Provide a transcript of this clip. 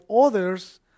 others